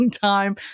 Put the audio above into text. time